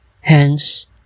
Hence